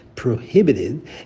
prohibited